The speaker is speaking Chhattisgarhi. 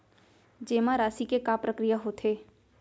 जेमा राशि के का प्रक्रिया होथे?